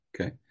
Okay